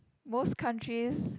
most countries